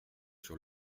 sur